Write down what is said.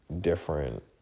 different